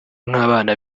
nk’abana